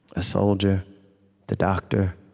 a soldier the doctor.